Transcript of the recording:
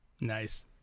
Nice